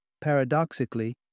paradoxically